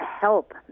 help